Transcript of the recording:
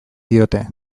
diote